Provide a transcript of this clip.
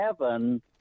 heaven